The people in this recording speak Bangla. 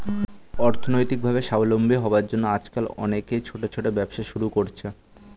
অর্থনৈতিকভাবে স্বাবলম্বী হওয়ার জন্য আজকাল অনেকেই ছোট ছোট ব্যবসা শুরু করছে